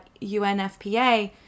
UNFPA